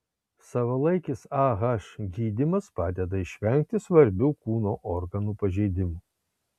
savalaikis ah gydymas padeda išvengti svarbių kūno organų pažeidimų